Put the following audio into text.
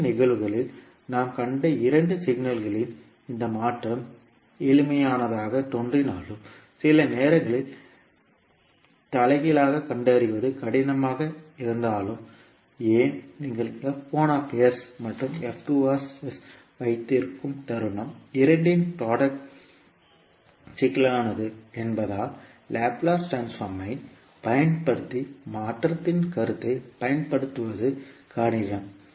முந்தைய நிகழ்வுகளில் நாம் கண்ட இரண்டு சிக்னல்களின் இந்த மாற்றம் எளிமையானதாகத் தோன்றினாலும் சில நேரங்களில் தலைகீழாகக் கண்டறிவது கடினமாக இருந்தாலும் ஏன் நீங்கள் மற்றும் வைத்திருக்கும் தருணம் இரண்டின் ப்ராடக்ட் சிக்கலானது என்பதால் லாப்லேஸ் ட்ரான்ஸ்போர்மைப் பயன்படுத்தி மாற்றத்தின் கருத்தை பயன்படுத்துவது கடினம்